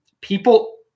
people